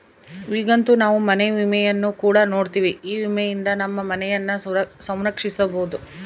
ಈಗಂತೂ ನಾವು ಮನೆ ವಿಮೆಯನ್ನು ಕೂಡ ನೋಡ್ತಿವಿ, ಈ ವಿಮೆಯಿಂದ ನಮ್ಮ ಮನೆಯನ್ನ ಸಂರಕ್ಷಿಸಬೊದು